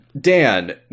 Dan